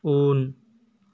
उन